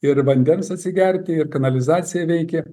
ir vandens atsigerti ir kanalizacija veikė